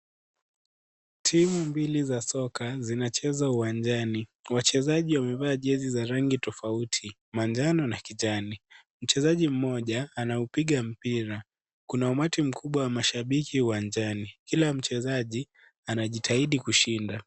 Timu mbili za soka zinacheza uwanjani. Wachezaji wamevaa jezi za rangi tofauti, manjano na kijani. Mchezaji mmoja anaupiga mpira . Kuna umati mkubwa wa mashabki uwanjani. Kila mchezaji anajitahidi kushinda.